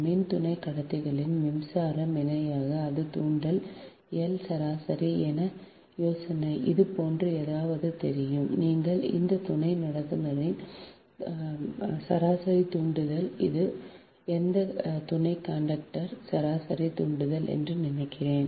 மின் துணை கடத்திகளின் மின்சாரம் இணையாக அது தூண்டல் L சராசரி என் யோசனை இது போன்ற ஏதாவது தெரியும் நீங்கள் எந்த துணை கண்டக்டரின் சராசரி தூண்டல் இது எந்த துணை கண்டக்டர் சராசரி தூண்டல் என்று நினைக்கிறேன்